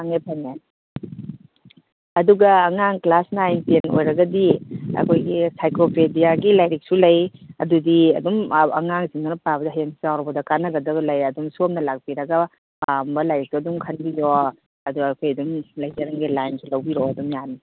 ꯐꯪꯉꯦ ꯐꯪꯉꯦ ꯑꯗꯨꯒ ꯑꯉꯥꯡ ꯀ꯭ꯂꯥꯁ ꯅꯥꯏꯟ ꯇꯦꯟ ꯑꯣꯏꯔꯒꯗꯤ ꯑꯩꯈꯣꯏꯒꯤ ꯁꯥꯏꯀ꯭ꯂꯣꯄꯦꯗꯤꯌꯥꯒꯤ ꯂꯥꯏꯔꯤꯛꯁꯨ ꯂꯩ ꯑꯗꯨꯗꯤ ꯑꯗꯨꯝ ꯑꯉꯥꯡꯗꯨꯅ ꯄꯥꯕꯗ ꯍꯌꯦꯡ ꯆꯥꯎꯕꯗ ꯀꯥꯟꯅꯒꯗꯕ ꯂꯩ ꯑꯗꯨꯝ ꯁꯣꯝꯅ ꯂꯥꯛꯄꯤꯔꯒ ꯄꯥꯝꯕ ꯂꯥꯏꯔꯤꯛꯇꯣ ꯑꯗꯨꯝ ꯈꯟꯕꯤꯌꯣ ꯑꯗꯣ ꯑꯩꯈꯣꯏ ꯑꯗꯨꯝ ꯂꯩꯖꯔꯝꯒꯦ ꯂꯥꯏꯟꯁꯨ ꯂꯧꯕꯤꯔꯛꯑꯣ ꯑꯗꯨꯝ ꯌꯥꯅꯤ